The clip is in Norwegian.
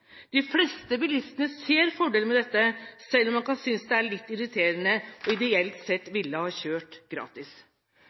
De fleste bilistene ser fordelene med dette, selv om de kan synes det er litt irriterende og ideelt sett